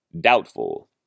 Doubtful